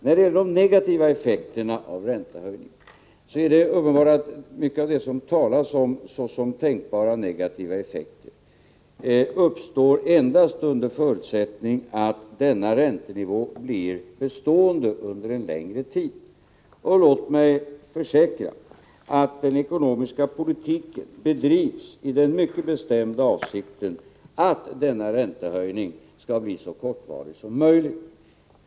När det gäller de negativa effekterna av räntehöjningen är det uppenbart att mycket av det som beskrivs som tänkbara negativa effekter endast uppstår under förutsättning att denna räntenivå blir bestående en längre tid. Låt mig försäkra att den ekonomiska politiken bedrivs med den mycket bestämda avsikten att denna räntehöjning skall bli så kortvarig som möjligt.